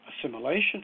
assimilation